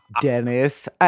Dennis